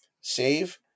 Save